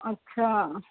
अच्छा